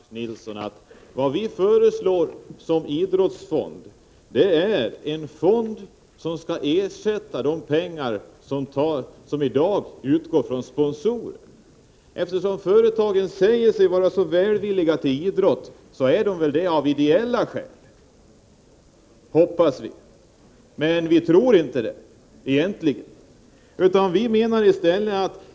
Fru talman! Anders Nilsson sade tidigare i debatten att det finns en motsättning i vpk:s förslag om en idrottsfond. Jag vill för tydlighetens skull upplysa Anders Nilsson om att vad vi föreslår är en fond som skall ersätta de pengar som i dag utgår från sponsorer. Företagen säger sig vara så välvilligt inställda till idrott. Vi hoppas att de är det av ideella skäl, men vi tror egentligen inte det.